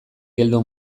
geldo